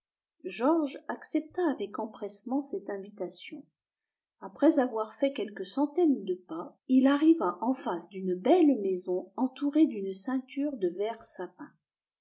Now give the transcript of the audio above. georges accepta avec empressement cette invitation après avoir fait quelques centaines de pas il arriva en face d'une belle maison entourée d'une ceinture de verts sapins